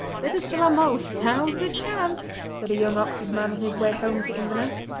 let us fill our mulls now's the chance said a young oxford man on his way home to inverness.